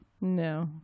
no